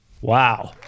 Wow